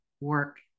work